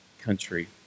country